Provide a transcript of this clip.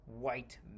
white